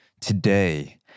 today